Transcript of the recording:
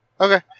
Okay